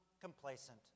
complacent